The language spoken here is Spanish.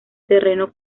terreno